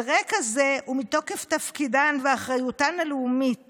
על רקע זה ומתוקף תפקידן ואחריותן הלאומית